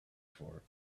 for